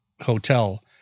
hotel